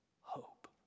hope